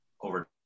over